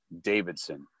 Davidson